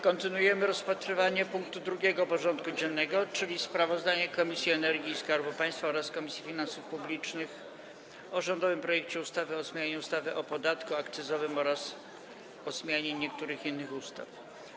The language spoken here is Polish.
Kontynuujemy rozpatrywanie punktu 2. porządku dziennego: Sprawozdanie Komisji do Spraw Energii i Skarbu Państwa oraz Komisji Finansów Publicznych o rządowym projekcie ustawy o zmianie ustawy o podatku akcyzowym oraz o zmianie niektórych innych ustaw.